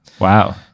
wow